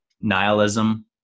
nihilism